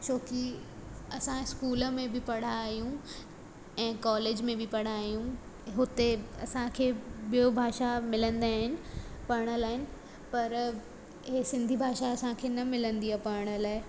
छोकी असांजे स्कूल में बि पढ़ाइयूं ऐं कॉलेज में बि पढ़ाइयूं हुते असांखे ॿियो भाषा मिलंदा आहिनि पढ़ण लाइ पर इहे सिंधी भाषा असांखे न मिलंदी आहे पढ़ण लाइ